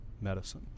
medicine